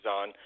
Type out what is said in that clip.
on